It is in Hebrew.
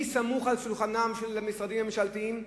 מי סמוך על שולחנם של המשרדים הממשלתיים?